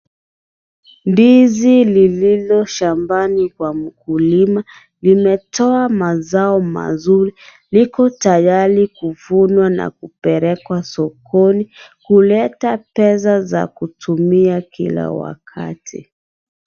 Ndizi lililo shambani kwa mkulima inatoa mazao mazuri liko tayari kuvunwa na kupelekwa sokoni kuleta pesa za kutumia kila wakati.